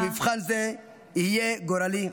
"-- ומבחן זה יהיה גורלי".